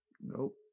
Nope